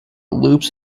loops